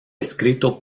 escrito